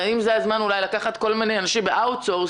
אולי זה הזמן לקחת כל מיני אנשים באאוטסורסינג